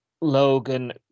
logan